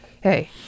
hey